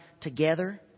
together